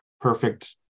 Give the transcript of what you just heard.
perfect